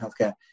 healthcare